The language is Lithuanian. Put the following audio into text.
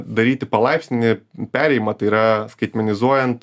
daryti palaipsninį perėjimą tai yra skaitmenizuojant